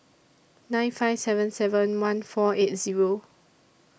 nine five seven seven one four eight Zero